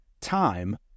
Time